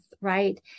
right